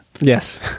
Yes